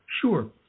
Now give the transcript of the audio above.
Sure